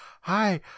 hi